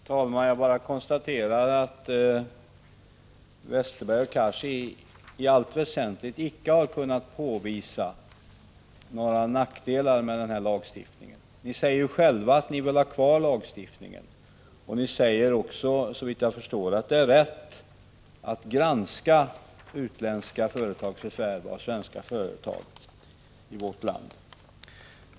Herr talman! Jag konstaterar att Per Westerberg och Hadar Cars icke har kunnat påvisa några väsentliga nackdelar med lagstiftningen. Ni säger själva att ni vill ha kvar lagen och ni säger också att det är rätt att granska utländska företags förvärv av företag i vårt land.